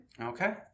Okay